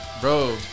Bro